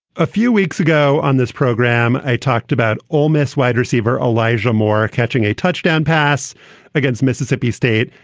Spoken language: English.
a few weeks ago on this program, i talked about ole miss wide receiver alija moore catching a touchdown pass against mississippi state,